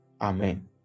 Amen